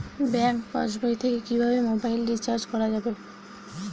Bank পাশবই থেকে কিভাবে মোবাইল রিচার্জ করা যাবে?